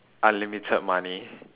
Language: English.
unlimited money